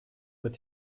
mit